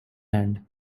hand